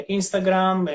Instagram